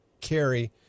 carry